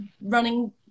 running